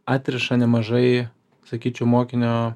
atriša nemažai sakyčiau mokinio